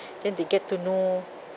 then they get to know